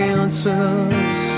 answers